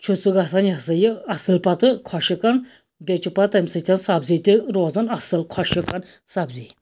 چھِ سُہ وَسان یہِ ہسا یہِ اَصٕل پَتہٕ خۄشٕک بیٚیہِ چھِ پَتہٕ تَمہِ سۭتۍ سَبزی تہِ روزان اَصٕل خۄشٕک سَبزی